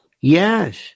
Yes